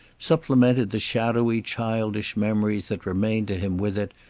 supplemented the shadowy childish memories that remained to him with it,